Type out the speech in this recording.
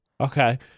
Okay